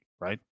right